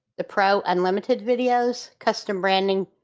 the pro unlimited videos, custom branding,